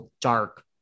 dark